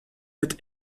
mit